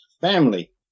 family